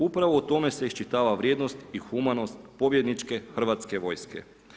Upravo u tome se iščitava vrijednost i humanost pobjedničke Hrvatske vojske.